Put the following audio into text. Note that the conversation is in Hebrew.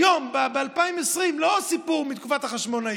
היום, ב-2020, לא סיפור מתקופת החשמונאים.